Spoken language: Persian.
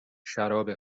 شراب